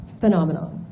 phenomenon